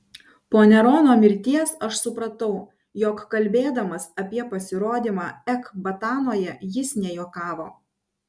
po nerono mirties aš supratau jog kalbėdamas apie pasirodymą ekbatanoje jis nejuokavo